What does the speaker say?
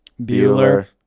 Bueller